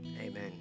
Amen